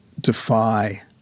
defy